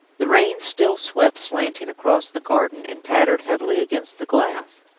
the rain still swept slanting across the garden, and pattered heavily against the glass.